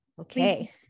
Okay